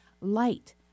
light